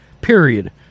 Period